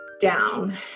down